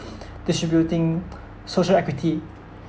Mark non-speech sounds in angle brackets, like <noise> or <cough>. <breath> <noise> distributing social equity